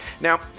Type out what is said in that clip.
Now